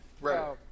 Right